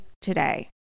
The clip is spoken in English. today